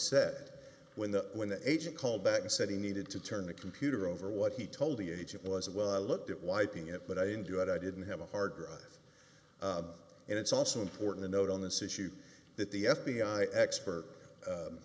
said when the when the agent called back and said he needed to turn the computer over what he told the agent was well i looked at wiping it but i enjoy it i didn't have a hard drive and it's also important to note on this issue that the f b i expert